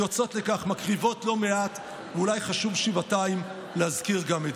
הוא יקבל תגמול של שתי נקודות זכות,